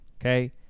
okay